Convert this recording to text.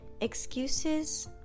Excuses